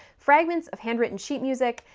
fragments of handwritten sheet music,